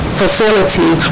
facility